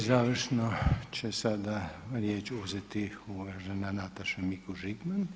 I završno će sada riječ uzeti uvažena Nataša Mikuš Žigman.